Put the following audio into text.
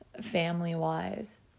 family-wise